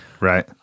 right